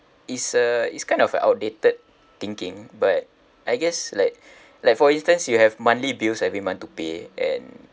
is a is kind of an outdated thinking but I guess like like for instance you have monthly bills every month to pay and